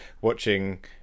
watching